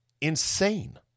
insane